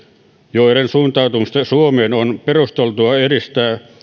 joiden suuntautumista suomeen on perusteltua edistää